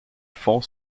fond